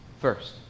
first